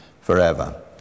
forever